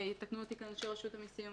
יתקנו אותי כאן אנשי רשות המסים אם